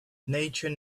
nature